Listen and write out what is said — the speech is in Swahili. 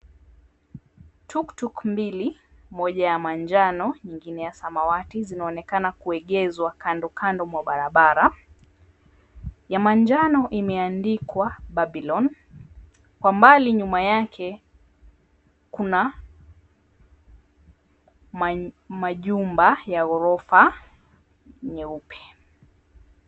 Tuktuk mbili, moja ya manjano, nyingine ya samawati, zinaonekana kuegezwa kando kando mwa barabara. Ya manjano imeandikwa, Babylon. Kwa mbali nyuma yake kuna majumba ya ghorofa meupe.